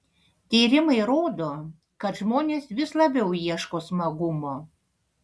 tyrimai rodo kad žmonės vis labiau ieško smagumo